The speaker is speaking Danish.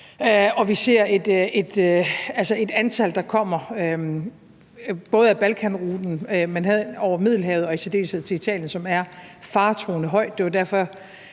vi ser et antal, der kommer både ad Balkanruten, hen over Middelhavet og i særdeleshed til Italien, som er faretruende højt.